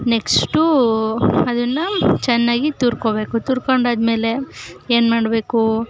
next ಅದನ್ನು ಚೆನ್ನಾಗಿ ತುರ್ಕೊಳ್ಬೇಕು ತುರ್ಕೊಂಡಾದ್ಮೇಲೆ ಏನು ಮಾಡಬೇಕು